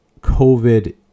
COVID